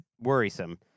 worrisome